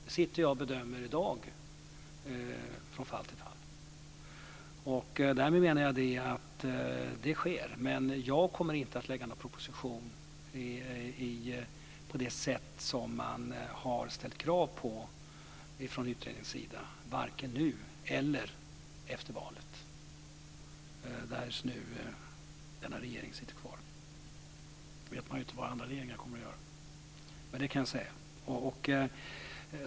Sådana bedömningar gör jag i dag från fall till fall. Det sker redan i dag. Men jag kommer inte att lägga fram någon proposition som det har ställts krav på i utredningen, varken nu eller efter valet, därest denna regering sitter kvar. Vad andra regeringar kommer att göra vet jag inte.